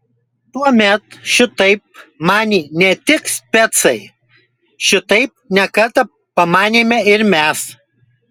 tuomet šitaip manė ne tik specai šitaip ne kartą pamanėme ir mes